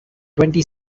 twenty